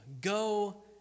go